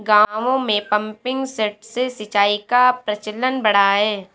गाँवों में pumping set से सिंचाई का प्रचलन बढ़ा है